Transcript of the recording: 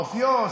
אופיו,